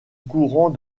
courant